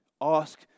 Ask